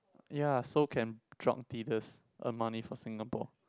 ya so can drug dealers earn money for Singapore